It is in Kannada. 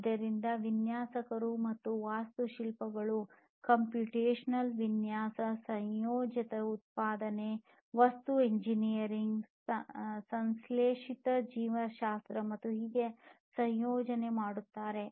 ಆದ್ದರಿಂದ ವಿನ್ಯಾಸಕರು ಮತ್ತು ವಾಸ್ತುಶಿಲ್ಪಿಗಳು ಕಂಪ್ಯೂಟೇಶನಲ್ ವಿನ್ಯಾಸ ಸಂಯೋಜಕ ಉತ್ಪಾದನೆ ವಸ್ತು ಎಂಜಿನಿಯರಿಂಗ್ ಸಂಶ್ಲೇಷಿತ ಜೀವಶಾಸ್ತ್ರ ಮತ್ತು ಹೀಗೆ ಸಂಯೋಜನೆ ಮಾಡುತ್ತಾರೆ